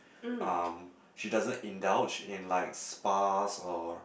um she doesn't indulge in like spas or